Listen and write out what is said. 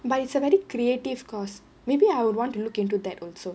but it's a very creative course maybe I would want to look into that also